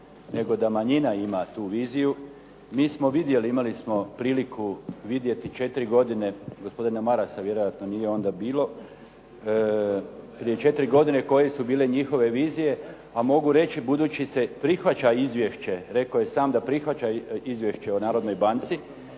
nego da manjina ima tu viziju. Mi smo vidjeli, imali smo priliku vidjeti 4 godine, gospodina Marasa vjerojatno nije onda bilo, prije 4 godine koje su bile njihove vizije, a mogu reći budući se prihvaća izvješće, rekao je sam da prihvaća izvješće od Narodnoj banci,